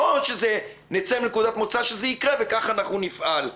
לא שנצא מנקודת מוצא שזה יקרה וכך אנחנו נפעל.